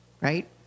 right